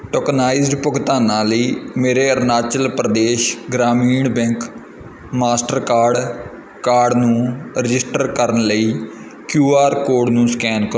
tokenized ਭੁਗਤਾਨਾਂ ਲਈ ਮੇਰੇ Arunachal Pradesh Gramin bank Mastercard card ਨੂੰ ਰਜਿਸਟਰ ਕਰਨ ਲਈ ਕੀਊ ਆਰ ਕੋਡ ਨੂੰ ਸਕੈਨ ਕਰੋ